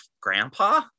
grandpa